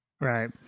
right